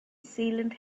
sealant